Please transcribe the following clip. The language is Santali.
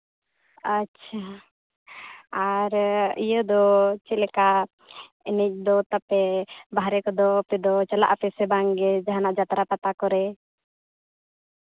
ᱟᱪᱪᱷᱟ ᱟᱨ ᱤᱭᱟᱹ ᱫᱚ ᱪᱮᱫ ᱞᱮᱠᱟ ᱮᱱᱮᱡ ᱫᱚ ᱛᱟᱯᱮ ᱵᱟᱦᱨᱮ ᱠᱚᱫᱚ ᱪᱟᱞᱟᱜ ᱟᱯᱮ ᱥᱮ ᱵᱟᱝᱜᱮ ᱡᱟᱦᱟᱱᱟᱜ ᱡᱟᱛᱨᱟ ᱯᱟᱛᱟ ᱠᱚᱨᱮ